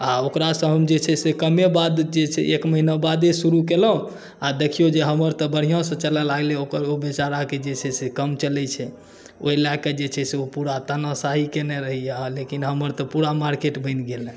आ ओकरासँ हम जे छै से कमे बाद जे छै एक महिना बादे शुरू केलहुँ आ देखियौ जे हमर तऽ बढ़िआँसँ चलय लागलै आ ओकर ओ बेचाराके जे छै से कम चलैत छै ओहिलए कऽ जे छै से ओ पूरा तानाशाही कयने रहैए आ लेकिन हमर तऽ पूरा मार्केट बनि गेलए